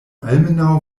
almenaŭ